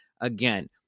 again